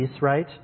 right